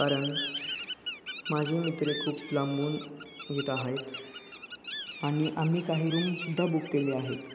कारण माझे मित्र हे खूप लांबून येत आहेत आणि आम्ही काही रूमसुद्धा बुक केले आहेत